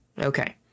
Okay